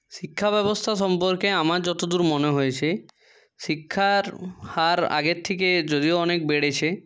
শিক্ষা ব্যবস্থা সম্পর্কে আমার যতদূর মনে হয়েছে শিক্ষার হার আগের থেকে যদিও অনেক বেড়েছে